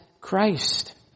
Christ